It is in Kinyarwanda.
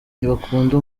ntibakunda